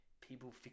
people